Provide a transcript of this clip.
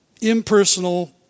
impersonal